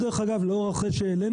ברוב המקומות דרך אגב לא אחרי שהעלינו,